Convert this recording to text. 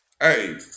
Hey